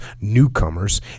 Newcomers